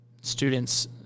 students